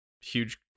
huge